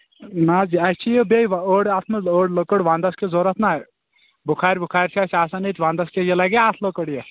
نہ حظ یہِ اَسہِ چھُ یہِ بیٚیہِ أڈۍ اتھ منٛز أڈۍ لٔکٕر وَنٛدَس کِس ضروٗرت نا بُخارِ وُخارِ چھِ اَسہِ آسان ییٚتہِ ونٛدس کِژ یہِ لگیٛاہ اَتھ لٔکٕر یہِ